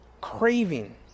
craving